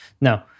No